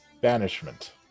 Banishment